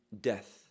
death